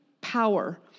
power